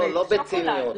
לא בציניות,